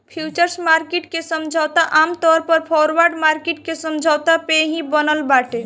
futures market के समझौता आमतौर पअ फॉरवर्ड मार्किट के समझौता पे ही बनल बाटे